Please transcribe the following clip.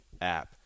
app